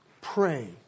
pray